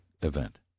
event